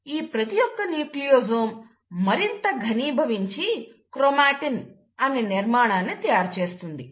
ఈ ప్రతిఒక్క న్యూక్లియోజోమ్ మరింత ఘనీభవించి క్రోమాటిన్ అనే నిర్మాణాన్ని తయారుచేస్తుంది